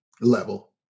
level